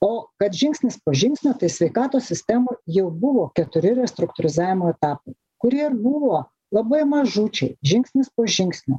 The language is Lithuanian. o kad žingsnis po žingsnio tai sveikatos sistemoj jau buvo keturi restruktūrizavimo etapai kurie buvo labai mažučiai žingsnis po žingsnio